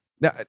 now